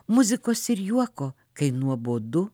muzikos ir juoko kai nuobodu